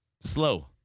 Slow